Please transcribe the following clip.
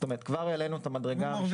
כלומר כבר העלינו את המדרגה הראשונה.